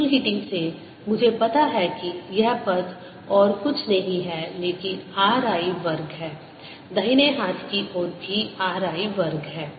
SI222a3Energy flowarea× time Energy flowing inlength S2πaI2a2RI2length dWdt0enegy flowing in joule heating से मुझे पता है कि यह पद और कुछ नहीं है लेकिन R I वर्ग है दाहिने हाथ की ओर भी R I वर्ग है